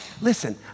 Listen